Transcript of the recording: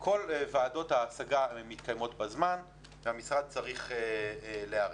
כל ועדות ההשגה מתקיימות בזמן והמשרד צריך להיערך.